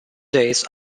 days